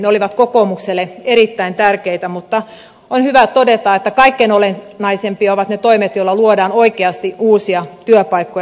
ne olivat kokoomukselle erittäin tärkeitä mutta on hyvä todeta että kaikkein olennaisimpia ovat ne toimet joilla luodaan oikeasti uusia työpaikkoja